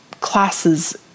classes